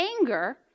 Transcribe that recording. anger